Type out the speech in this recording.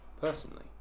personally